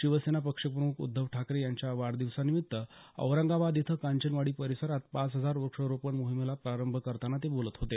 शिवसेना पक्षप्रमुख उद्धव ठाकरे यांच्या वाढदिवसानिमित्त औरंगाबाद इथं कांचनवाडी परिसरात पाच हजार वृक्षारोपण मोहिमेला प्रारंभ करतांना ते बोलत होते